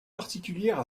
particulière